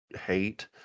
hate